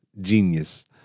genius